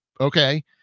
okay